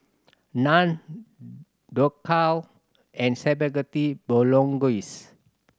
Naan Dhokla and Spaghetti Bolognese